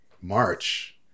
March